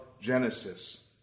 Genesis